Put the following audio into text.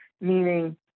meaning